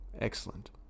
excellent